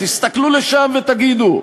תסתכלו לשם ותגידו,